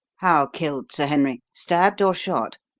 how killed, sir henry? stabbed or shot?